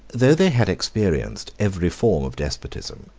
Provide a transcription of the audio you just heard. though they had experienced every form of despotism,